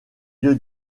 lieu